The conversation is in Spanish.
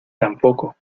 tampoco